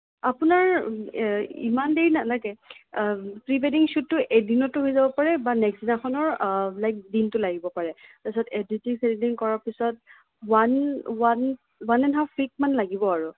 আপোনাৰ ইমান দেৰি নালাগে প্ৰি ৱেডিং শ্বুটটো এদিনতো হৈ যাব পাৰে বা নেক্সট দিনাখনৰ লাইক দিনটো লাগিব পাৰে তাৰপিছত এডিটিং চেডিটিং কৰাৰ পিছত one one one and half ৱিকমান লাগিব আৰু